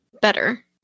better